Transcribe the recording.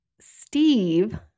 Steve